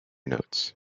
notes